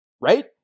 right